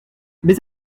mais